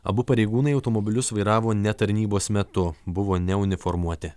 abu pareigūnai automobilius vairavo ne tarnybos metu buvo neuniformuoti